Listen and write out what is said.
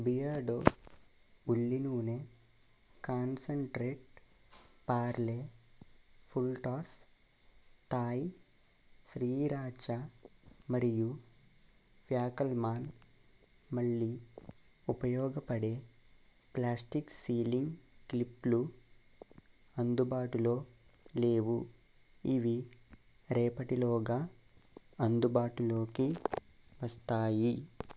Beardo ఉల్లి నూనె concentrate Parle full toss Thai sriracha మరియు ఫ్యాకల్మాన్ మళ్ళీ ఉపయోగపడే ప్లాస్టిక్ సీలింగ్ క్లిప్లు అందుబాటులో లేవు ఇవి రేపటిలోగా అందుబాటులోకి వస్తాయి